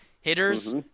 Hitters